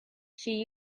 she